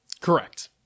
Correct